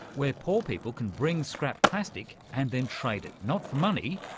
where poor people can bring scrap plastic and then trade it, not for money,